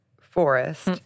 forest